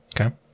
Okay